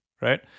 right